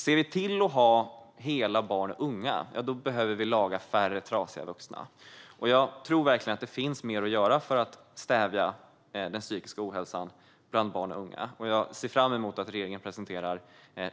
Ser vi till att ha hela barn och unga behöver vi laga färre trasiga vuxna. Jag tror verkligen att det finns mer att göra för att stävja den psykiska ohälsan bland barn och unga, och jag ser fram emot att regeringen presenterar